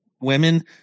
Women